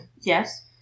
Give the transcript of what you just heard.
Yes